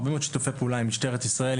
עם משטרת ישראל,